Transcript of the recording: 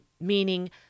meaning